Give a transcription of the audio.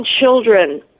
children